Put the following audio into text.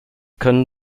können